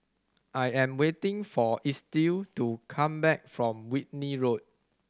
I am waiting for Estill to come back from Whitley Road